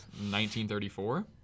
1934